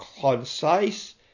concise